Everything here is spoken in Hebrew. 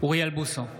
אוריאל בוסו,